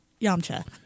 Yamcha